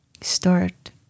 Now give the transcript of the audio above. start